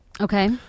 okay